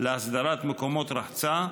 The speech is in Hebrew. להסדרת מקומות רחצה,